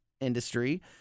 industry